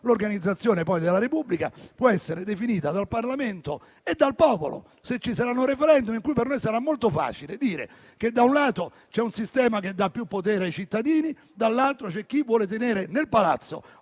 l'organizzazione della Repubblica potrà essere definita dal Parlamento e dal popolo. Se ci sarà un *referendum*, per noi sarà molto facile dire che, da un lato, c'è un sistema che dà più potere ai cittadini e, dall'altro, c'è chi vuole tenere nel palazzo